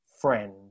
friend